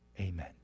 amen